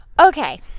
Okay